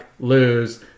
lose